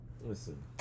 Listen